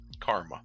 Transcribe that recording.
Karma